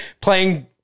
playing